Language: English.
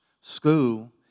school